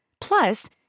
Plus